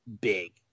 big